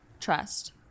trust